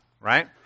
right